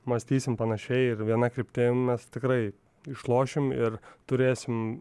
mąstysim panašiai ir viena kryptim mes tikrai išlošim ir turėsim